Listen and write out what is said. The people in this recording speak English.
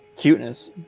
cuteness